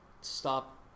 stop